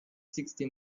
sixty